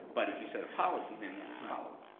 but if you said a policy, then he has to follow it.